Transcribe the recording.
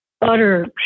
utter